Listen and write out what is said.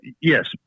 Yes